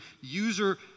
user